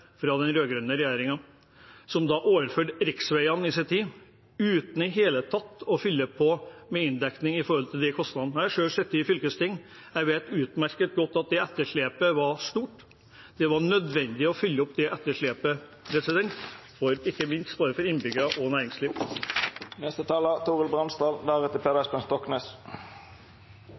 hele tatt å fylle på med inndekning av kostnadene. Jeg har selv sittet i fylkesting, jeg vet utmerket godt at det etterslepet var stort. Det var nødvendig å fylle opp det etterslepet, ikke minst for både innbyggere og næringsliv. Jeg tror ikke det er nødvendig at jeg for tredje gang skal stå her og